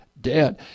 dead